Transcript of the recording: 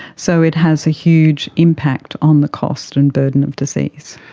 so it has a huge impact on the cost and burden of disease.